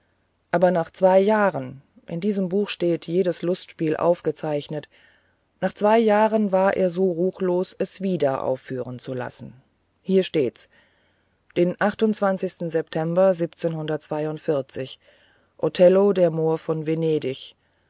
aber nach zwei jahren in diesem buch steht jedes lustspiel aufgezeichnet nach zwei jahren war er so ruchlos es wieder auffuhren zu lassen hier steht's den september othello der mohr von venedig